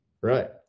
right